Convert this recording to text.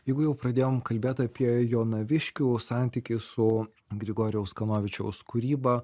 jeigu jau pradėjom kalbėt apie jonaviškių santykį su grigorijaus kanovičiaus kūryba